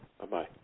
Bye-bye